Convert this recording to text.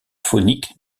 faunique